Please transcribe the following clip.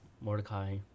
Mordecai